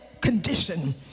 condition